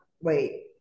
Wait